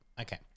Okay